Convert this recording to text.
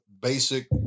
basic